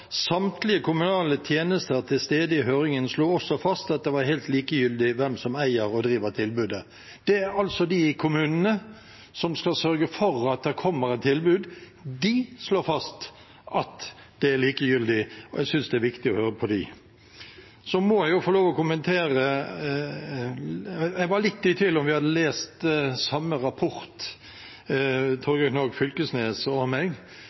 kommunale tjenester til stede i høringen slo også fast at det var helt likegyldig hvem som eier og driver tilbudet.» Det er altså dem i kommunene som skal sørge for at det kommer et tilbud. De slår fast at det er likegyldig, og jeg synes det er viktig å høre på dem. Så en kommentar til: Jeg var litt i tvil om hvorvidt representanten Torgeir Knag Fylkesnes og jeg hadde lest samme rapport